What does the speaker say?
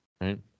right